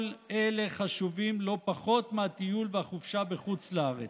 כל אלה חשובים לא פחות מהטיול והחופשה בחוץ לארץ.